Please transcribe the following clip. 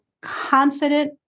confident